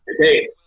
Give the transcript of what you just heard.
okay